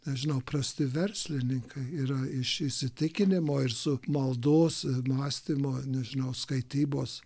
nežinau prasti verslininkai yra iš įsitikinimo ir su maldos mąstymo nežinios skaitybos